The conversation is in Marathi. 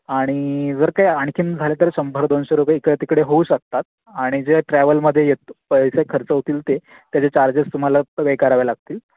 आणि जर काय आणखीन झालं तर शंभर दोनशे रुपये इकडे तिकडे होऊ शकतात आणि जे ट्रॅव्हलमध्ये येत पैसे खर्च होतील ते त्याचे चार्जेस तुम्हाला पे करावे लागतील